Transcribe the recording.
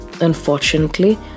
Unfortunately